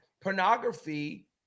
pornography